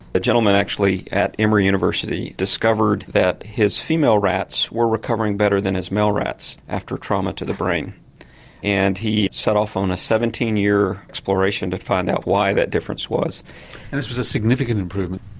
a gentleman actually at emory university discovered that his female rats were recovering better than his male rats after a trauma to the brain and he set off on a seventeen year exploration to find out why that difference was. and this was a significant improvement?